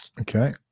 Okay